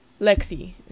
Lexi